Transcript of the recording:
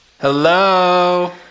hello